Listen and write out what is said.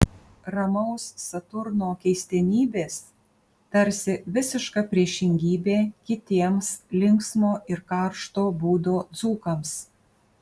ramaus saturno keistenybės tarsi visiška priešingybė kitiems linksmo ir karšto būdo dzūkams